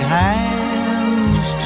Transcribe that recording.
hands